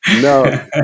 No